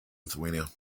lithuania